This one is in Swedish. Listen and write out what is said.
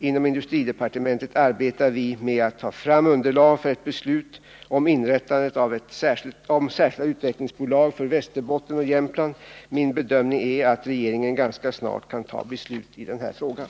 Inom industridepartementet arbetar vi med att ta fram underlag för ett beslut om inrättandet av särskilda utvecklingsbolag för Västerbotten och Jämtland. Min bedömning är att regeringen ganska snart kan ta beslut i den här frågan.